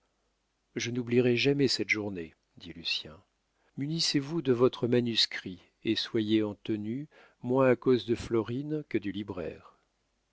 je n'oublierai jamais cette journée dit lucien munissez vous de votre manuscrit et soyez en tenue moins à cause de florine que du libraire